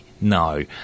No